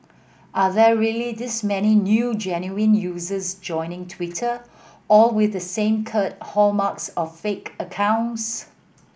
are there really this many new genuine users joining Twitter all with the same crude hallmarks of fake accounts